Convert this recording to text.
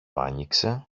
άνοιξε